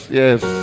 yes